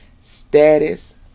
status